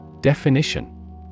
Definition